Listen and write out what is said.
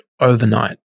overnight